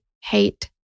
hate